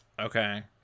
Okay